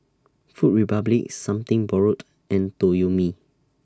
Food Republic Something Borrowed and Toyomi